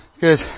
good